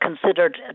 considered